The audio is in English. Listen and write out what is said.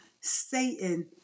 Satan